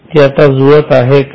ती आता जुळत आहे का